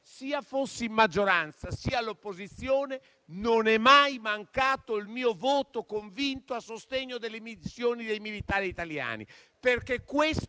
che fossi in maggioranza o all'opposizione, non è mai mancato il mio voto convinto a sostegno delle missioni dei militari italiani, perché ciò